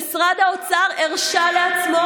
משרד האוצר הרשה לעצמו,